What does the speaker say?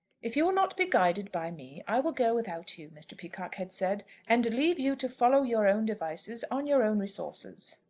if you will not be guided by me, i will go without you, mr. peacocke had said, and leave you to follow your own devices on your own resources.